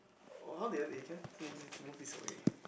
oh how did I eh can I move this move this away